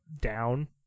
down